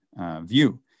view